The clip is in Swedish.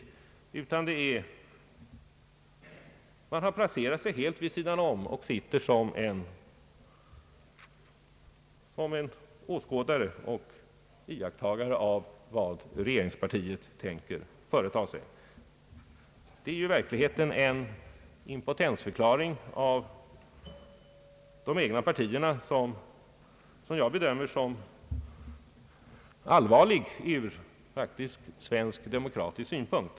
Den borgerliga oppositionens företrädare har placerat sig helt vid sidan om och sitter som åskådare till och iakttagare av vad regeringspartief företar sig. Detta är i verkligheten en impotensförklaring av de egna partierna, vilket jag bedömer som allvarligt ur svensk demokratisk synpunkt.